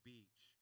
Beach